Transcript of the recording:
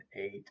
eight